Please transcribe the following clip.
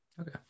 Okay